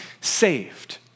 saved